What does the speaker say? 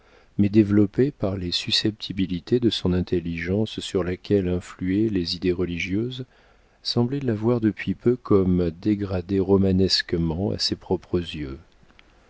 mais développé par les susceptibilités de son intelligence sur laquelle influaient les idées religieuses semblait l'avoir depuis peu comme dégradée romanesquement à ses propres yeux